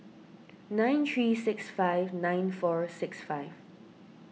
nine three six five nine four six five